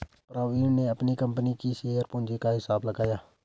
प्रवीण ने अपनी कंपनी की शेयर पूंजी का हिसाब लगाया